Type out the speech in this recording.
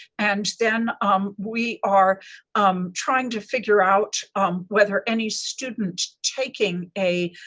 and then um we are um trying to figure out whether any student taking a